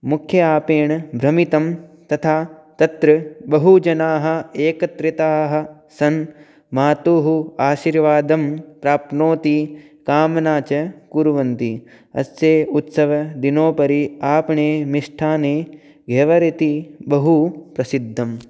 मुख्य आपणे भ्रमितं तथा तत्र बहुजनाः एकत्रिताः आसन् मातुः आशीर्वादं प्राप्नोति कामना च कुर्वन्ति अस्य उत्सवः दिनोपरि आपणे मिष्ठान्ने व्यवहरति बहुप्रसिद्धं